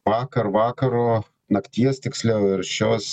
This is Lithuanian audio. vakar vakaro nakties tiksliau ir šios